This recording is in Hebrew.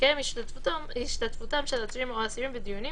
תתקיים השתתפותם של עצורים או אסירים בדיונים